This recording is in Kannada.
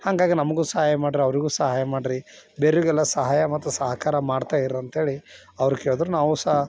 ಹಂಗಾಗಿ ನಮ್ಗೂ ಸಹಾಯ ಮಾಡಿರಿ ಅವರಿಗೂ ಸಹಾಯ ಮಾಡಿರಿ ಬೇರೆರಿಗೆಲ್ಲ ಸಹಾಯ ಮತ್ತು ಸಹಕಾರ ಮಾಡ್ತಾಯಿರಿ ಅಂತಹೇಳಿ ಅವ್ರು ಕೇಳಿದ್ರು ನಾವು ಸಹ